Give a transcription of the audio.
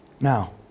Now